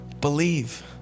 believe